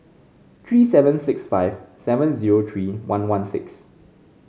three seven six five seven zero three one one six